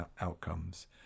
outcomes